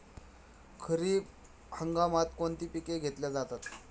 खरीप हंगामात कोणती पिके घेतली जातात?